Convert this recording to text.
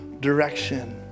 direction